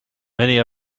many